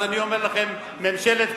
אז אני אומר לכם: ממשלת קדימה,